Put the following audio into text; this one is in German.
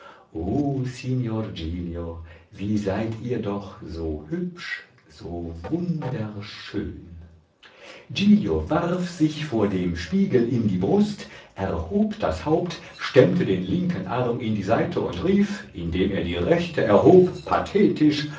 wie seid ihr doch so hübsch so wunderschön giglio warf sich vor dem spiegel in die brust erhob das haupt stemmte den linken arm in die seite und rief indem er die rechte erhob pathetisch